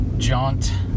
Jaunt